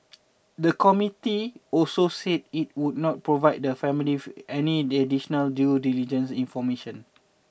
the committee also said it would not provide the family any additional due diligence information